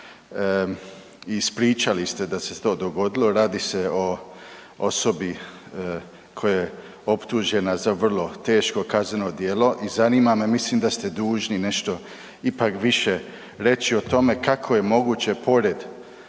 i ispričali ste da se to dogodilo. Radi se o osobi koja je optužena za vrlo teško kazneno djelo i zanima me, mislim da ste dužni nešto ipak više reći o tome kako je moguće pored